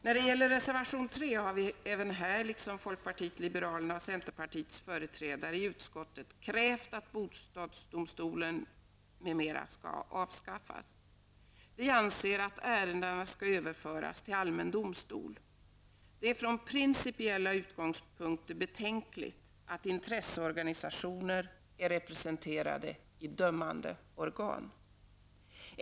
När det gäller reservation 3 har vi liksom folkpartiet liberalerna och centerpartiets företrädare i utskottet krävt att bostadsdomstolen m.m. skall avskaffas. Vi anser att ärendena skall överföras till allmän domstol. Det är från principiella utgångspunkter betänkligt att intresseorganisationer är representerade i dömande organ.